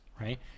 right